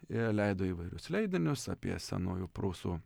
jie leido įvairius leidinius apie senųjų prūsų